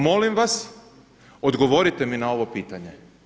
Molim vas odgovorite mi na ovo pitanje.